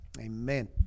Amen